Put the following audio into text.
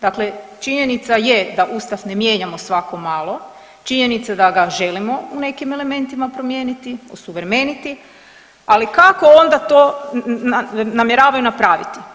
Dakle, činjenica je da Ustav ne mijenjamo svako malo, činjenica da ga želimo u nekim elementima promijeniti, osuvremeniti, ali kako onda to namjeravaju napraviti?